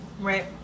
right